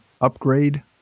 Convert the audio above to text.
upgrade